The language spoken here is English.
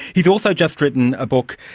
he has also just written a book,